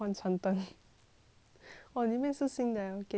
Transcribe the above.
我里面是新的我给你新的因为你